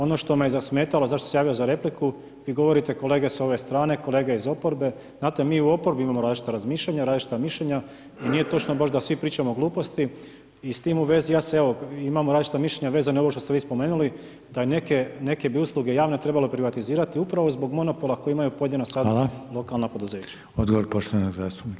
Ono što me je zasmetalo, zašto sam se javio za repliku, vi govorite kolega s ove strane, kolega iz oporbe, znate, mi u oporbi imamo različita razmišljanja, različita mišljenja i nije točno baš da svi pričamo gluposti i s tim u vezi ja se evo, imamo različita mišljenja vezano za ovo što ste vi spomenuli, da neke, neke bi usluge javne trebalo privatizirati upravo zbog monopola koje imaju pojedina [[Upadica: Hvala]] sad lokalna poduzeća.